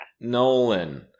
Nolan